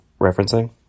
referencing